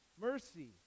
mercy